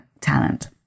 talent